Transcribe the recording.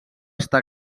estar